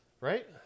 right